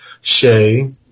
Shay